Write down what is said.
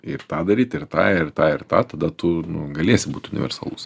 ir tą daryt ir tą ir tą ir tą tada tu galėsi būt universalus